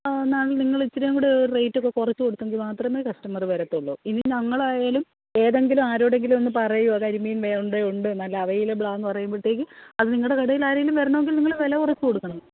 മാം നിങ്ങള് ഇച്ചിരിയും കൂടെ റേറ്റൊക്കെ കുറച്ച് കൊടുത്തെങ്കിൽ മാത്രമേ കസ്റ്റമറ് വരത്തുള്ളൂ ഇനി ഞങ്ങളായാലും ഏതെങ്കിലും ആരോടെങ്കിലും ഒന്ന് പറയുമോ കരിമീൻ വേ ഇവിടെ ഉണ്ട് നല്ല അവൈലബിളാണെന്ന് പറയുമ്പോഴത്തേക്ക് അത് നിങ്ങളുടെ കടയിലാരെലും വരണമെങ്കിൽ നിങ്ങള് വില കുറച്ച് കൊടുക്കണം